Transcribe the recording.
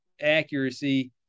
accuracy